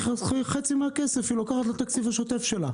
חצי מהכסף היא לוקחת לתקציב השוטף שלה,